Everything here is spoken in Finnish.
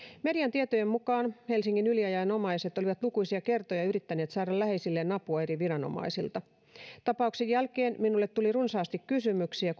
median tietojen mukaan helsingin yliajajan omaiset olivat lukuisia kertoja yrittäneet saada läheiselleen apua eri viranomaisilta koska toimin tuolloin sisäministerinä tapauksen jälkeen minulle tuli runsaasti kysymyksiä